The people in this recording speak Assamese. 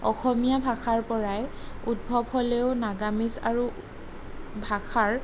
অসমীয়া ভাষাৰ পৰাই উদ্ভৱ হ'লেও নাগামিজ আৰু ভাষাৰ